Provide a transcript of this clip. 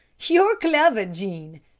you're clever, jean!